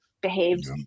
behaved